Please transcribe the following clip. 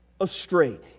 astray